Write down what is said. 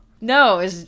No